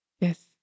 Yes